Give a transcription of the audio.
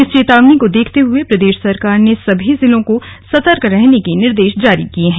इस चेतावनी को देखते हुए प्रदेश सरकार ने सभी जिलों को सतर्क रहने के निर्देश जारी किए हैं